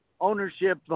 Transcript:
ownership